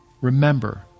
Remember